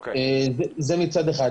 זה מצד אחד.